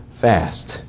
fast